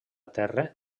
terra